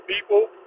people